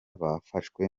bafashwe